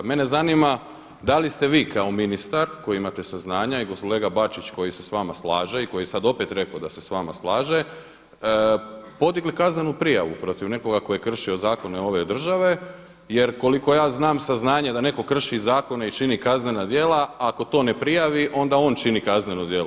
Mene zanima da li ste vi kao ministar koji imate saznanja i kolega Bačić koji se s vama slaže i koji je sad opet rekao da se s vama slaže podigli kaznenu prijavu protiv nekoga tko je kršio zakone ove države jer koliko ja znam saznanje da netko krši zakone i čini kaznena djela ako to ne prijavi onda on čini kazneno djelo.